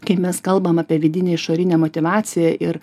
kaip mes kalbam apie vidinę išorinę motyvaciją ir